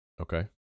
Okay